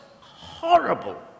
horrible